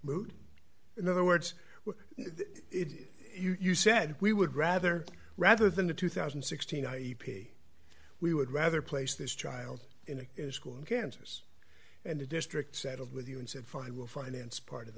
mood in other words what you said we would rather rather than a two thousand and sixteen i e p we would rather place this child in a school in kansas and the district settled with you and said for i will finance part of